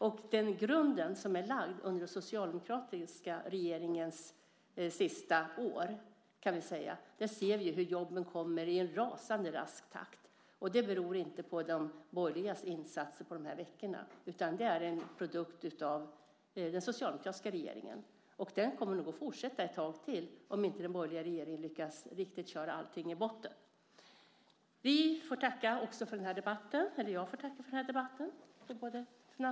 Med den grund som är lagd under den socialdemokratiska regeringens sista år ser vi hur jobben kommer i rasande rask takt. Det beror inte på de borgerligas insatser de här veckorna, utan det är en produkt av den socialdemokratiska regeringen. Det kommer nog att fortsätta ett tag till om inte den borgerliga regeringen lyckas köra allt i botten. Jag tackar för den här debatten.